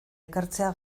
ekartzea